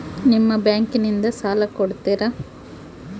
ನಿಮ್ಮ ಬ್ಯಾಂಕಿನಿಂದ ಸಾಲ ಕೊಡ್ತೇರಾ?